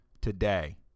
today